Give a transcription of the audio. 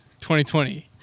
2020